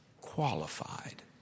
qualified